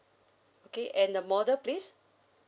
okay and the model please